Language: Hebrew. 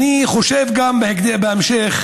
אני חושב בהמשך